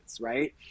right